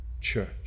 church